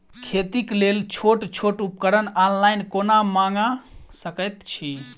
खेतीक लेल छोट छोट उपकरण ऑनलाइन कोना मंगा सकैत छी?